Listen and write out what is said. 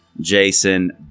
Jason